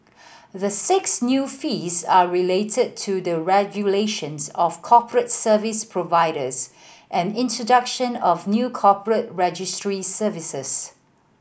the six new fees are related to the regulations of corporate service providers and introduction of new corporate registry services